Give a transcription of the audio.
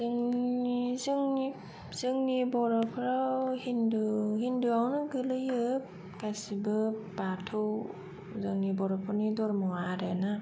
जोंनि जोंनि जोंनि बर'फोराव हिन्दु हिन्दुआवनो गोग्लैयो गासिबो बाथौ जोंनि बर'फोरनि धरमआ आरो ना